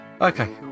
Okay